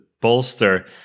bolster